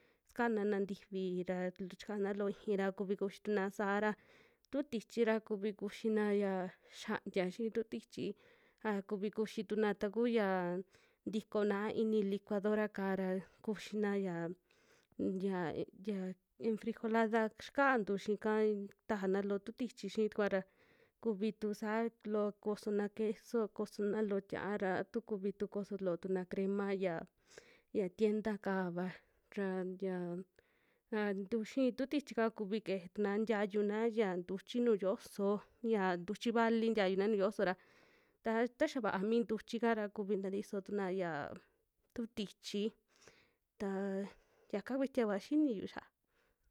Sanana ntifi ra chikana loo iixi ra kuvi kuxi tuna saa ra, tu tiichi ra kuvi kuxi ya xiantia xii tu tiichi a kuvi kuxituna taku yaa, ntikonaa ini licuadora'ka ra kuxin ya, nya ya enfrijolada yiakntu xiika tajana loo tu tiichi xii tukua ra kuvi tu sa'a, loo kosona queso, kosona loo tia'a ra a tu kuvi tu koso loo tuna crema yaa, ya tienda'ka va ra yia a tu xi'i tu tiichi'ka kuvi keje tuna ntiayuna ya ntuchi nuu yooso, ya ntuchi vali tiayuna nuju yoso ra taa taxa va'a mi ntuchika ra kuvi ntatiso tuna yaa tu tiichi, taa yaka kuitia kua xiniyu xa'a.